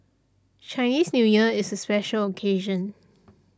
Chinese New Year is a special occasion